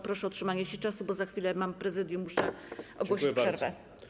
Proszę o trzymanie się czasu, bo za chwilę mam Prezydium i muszę ogłosić przerwę.